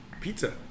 Pizza